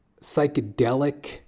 psychedelic